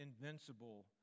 invincible